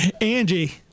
Angie